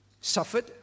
suffered